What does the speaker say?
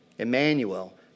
Emmanuel